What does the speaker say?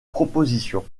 propositions